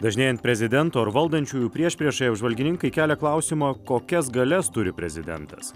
dažnėjant prezidento ir valdančiųjų priešpriešai apžvalgininkai kelia klausimą kokias galias turi prezidentas